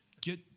Get